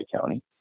County